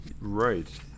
Right